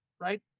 Right